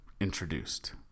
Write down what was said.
introduced